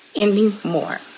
anymore